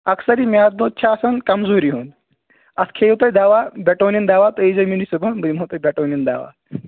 اکثَر یہٕ میاد دود چھُ آسان کَمزوٗری ہُنٛد اَتھ کھٮ۪یِو تُہُۍ دَوا بیٹونِیَن دوا تُہُی یی زیٚو مےٚ نِش صبحن بہٕ دِمہوو تۄہہِ بیٹونِیَن دَوا